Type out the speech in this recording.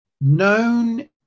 known